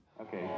Okay